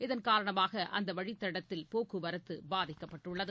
இதன் காரணமாக அந்த வழித்தடத்தில் போக்குவரத்து பாதிக்கப்பட்டுள்ளது